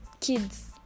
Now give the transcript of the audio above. kids